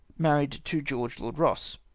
married to george lord eoss.